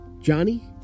Johnny